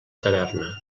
taverna